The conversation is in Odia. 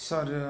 ଶରୀରରେ